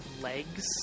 legs